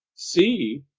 see!